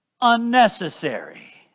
unnecessary